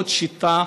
עוד שיטה,